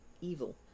evil